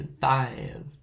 Five